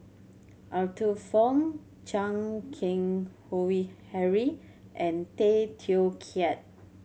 Arthur Fong Chan Keng Howe Harry and Tay Teow Kiat